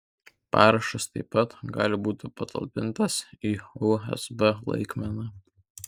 parašas taip pat gali būti patalpintas į usb laikmeną